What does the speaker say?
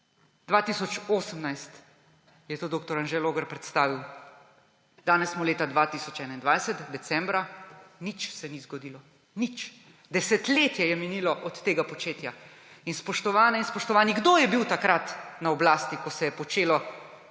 2018 je to dr. Anže Logar predstavil. Danes smo leta 2021, decembra, nič se ni zgodilo. Nič. Desetletje je minilo od tega početja. In spoštovane in spoštovani, kdo je bil takrat na oblasti, ko se je pralo